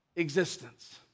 Existence